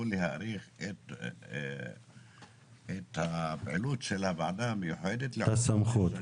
להאריך את הפעילות של הוועדה המיוחדת -- את הסמכות.